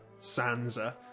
Sansa